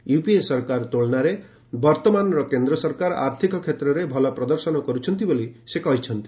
UPA ସରକାର ତୁଳନାରେ ବର୍ତ୍ତମାନର କେନ୍ଦ୍ର ସରକାର ଆର୍ଥିକ କ୍ଷେତ୍ରରେ ଭଲ ପ୍ରଦର୍ଶନ କରୁଛନ୍ତି ବୋଲି ସେ କହିଛନ୍ତି